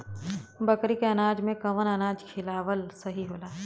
बकरी के अनाज में कवन अनाज खियावल सही होला?